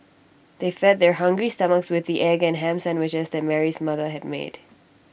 they fed their hungry stomachs with the egg and Ham Sandwiches that Mary's mother had made